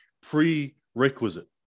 prerequisite